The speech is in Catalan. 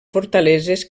fortaleses